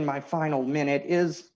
in my final minute is